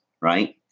right